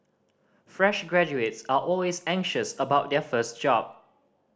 fresh graduates are always anxious about their first job